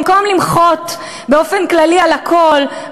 במקום למחות באופן כללי על הכול,